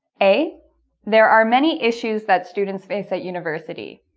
a there are many issues that students face at university.